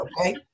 okay